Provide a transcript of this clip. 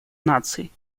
наций